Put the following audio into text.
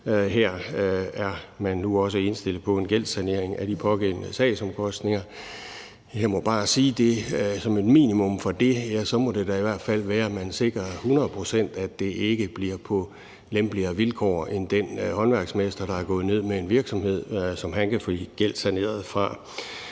Her er man nu også indstillet på en gældssanering af de pågældende sagsomkostninger. Jeg må bare sige, at et minimum i hvert fald må være, at man et hundrede procent sikrer, at det ikke bliver på lempeligere vilkår end for den håndværksmester, der er gået ned med en virksomhed, og det, han kan få gældssaneret.